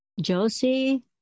Josie